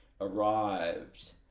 arrived